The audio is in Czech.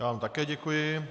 Já vám také děkuji.